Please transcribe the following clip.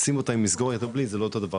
שים את התמונה עם מסגרת או בלי היא לא אותו הדבר.